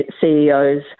CEOs